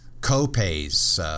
co-pays